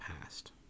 past